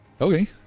Okay